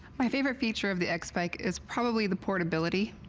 my favorite feature of the x-bike is probably the portability.